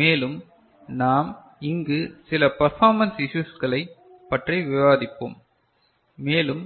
மேலும் நாம் இங்கு சில பர்ஃபாமென்ஸ் இஸ்யூஸ்களை பற்றி விவாதிப்போம் மேலும்